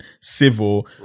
civil